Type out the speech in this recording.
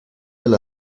del